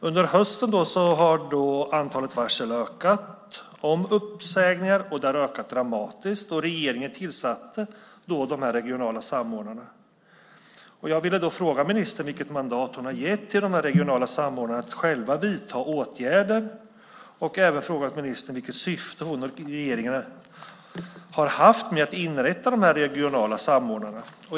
Under hösten ökade antalet varsel om uppsägningar dramatiskt och regeringen tillsatte då dessa regionala samordnare. Jag vill fråga ministern vilket mandat hon gett de regionala samordnarna att själva vidta åtgärder. Jag vill även fråga ministern vilket syfte hon och regeringen hade med att inrätta de regionala samordnarna."